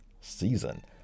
season